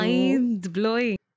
Mind-blowing